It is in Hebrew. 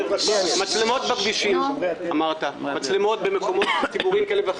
מצלמות בכבישים ומצלמות במקומות ציבוריים בבתי אבות